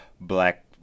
black